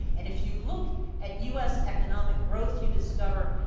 and if you look at us economic growth you discover,